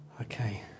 Okay